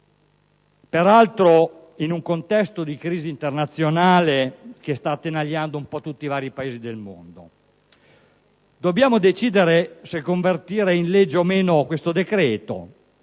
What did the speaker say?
peraltro in un contesto di crisi internazionale che sta attanagliando quasi tutti i Paesi. Dobbiamo decidere se convertire in legge questo decreto